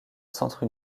centre